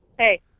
Hey